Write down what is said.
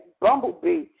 bumblebee